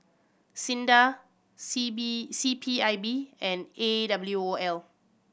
SINDA C B C P I B and A W O L